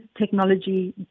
technology